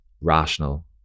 rational